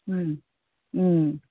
ꯎꯝ ꯎꯝ